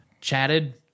chatted